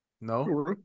No